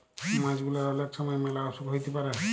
মাছ গুলার অলেক ছময় ম্যালা অসুখ হ্যইতে পারে